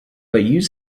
use